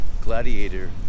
Gladiator